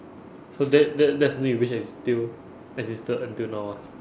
so that that that's something you wish that is exi~ still existed until now ah